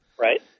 Right